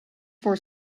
for